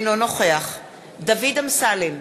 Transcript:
אינו נוכח דוד אמסלם,